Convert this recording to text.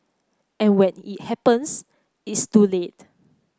and when it happens it's too late